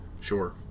Sure